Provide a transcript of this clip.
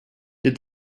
did